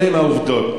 אלה העובדות.